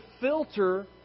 filter